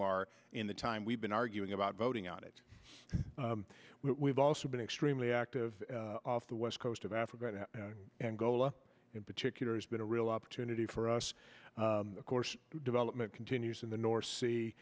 r in the time we've been arguing about voting on it we've also been extremely active off the west coast of africa and gola in particular has been a real opportunity for us of course development continues in the nor